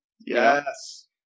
yes